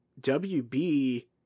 wb